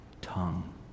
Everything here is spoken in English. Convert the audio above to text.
tongue